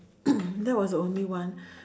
that was only one